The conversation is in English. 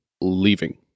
leaving